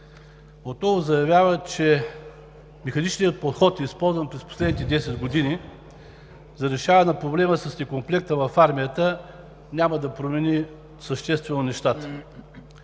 отново заявява, че механичният подход, използван през последните 10 години за решаване на проблема с некомплекта в армията, няма да промени съществено нещата.